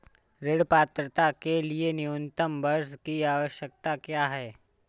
ऋण पात्रता के लिए न्यूनतम वर्ष की आवश्यकता क्या है?